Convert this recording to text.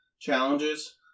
challenges